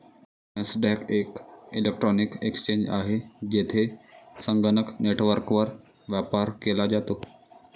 Nasdaq एक electronic exchange आहे, जेथे संगणक नेटवर्कवर व्यापार केला जातो